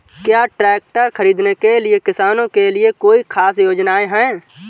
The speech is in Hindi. क्या ट्रैक्टर खरीदने के लिए किसानों के लिए कोई ख़ास योजनाएं हैं?